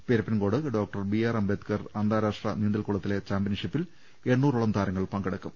Pirappancode doctor B R Ambedkar അന്താ രാഷ്ട്ര നീന്തൽകുളത്തിലെ ചാമ്പ്യൻഷിപ്പിൽ എണ്ണൂറോളം താരങ്ങൾ പങ്കെ ടുക്കും